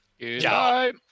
Goodbye